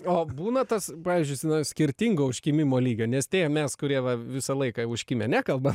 o būna tas pavyzdžiui na skirtingo užkimimo lygio nes tie mes kurie va visą laiką užkimę nekalbam